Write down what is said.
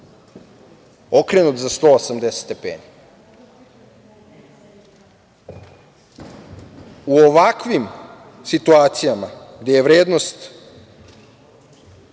okrenut za 180 stepeni.U ovakvim situacijama gde je vrednost